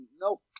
Nope